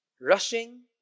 Rushing